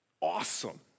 awesome